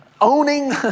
owning